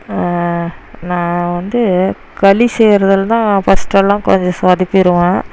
நான் வந்து களி செய்கிறதுல தான் ஃபர்ஸ்ட்டெல்லாம் கொஞ்சம் சொதப்பிடுவேன்